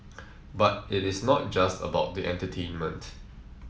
but it is not just about the entertainment